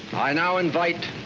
i now invite